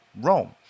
rome